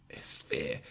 Sphere